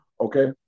Okay